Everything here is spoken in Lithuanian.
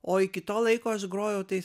o iki to laiko grojau tais